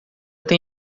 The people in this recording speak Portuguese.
tem